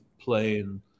playing